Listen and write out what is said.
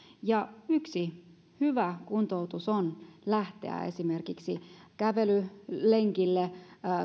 yksi hyvä kuntoutus on esimerkiksi lähteä kävelylenkille